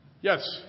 Yes